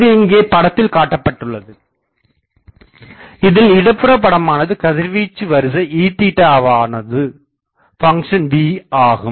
இது இங்கே படத்தில் காட்டப்பட்டுள்ளது இதில் இடப்புற படமானது கதிர்வீச்சு வரிசை Eவானது ஃபங்ஷன் v ஆகும்